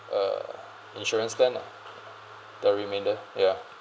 uh insurance plan lah the remainder ya